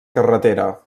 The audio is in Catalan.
carretera